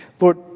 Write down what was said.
Lord